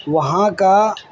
وہاں کا